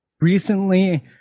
recently